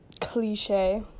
cliche